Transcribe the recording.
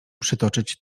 przytoczyć